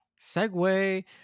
segue